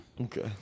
Okay